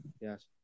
Yes